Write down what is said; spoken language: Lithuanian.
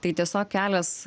tai tiesiog kelias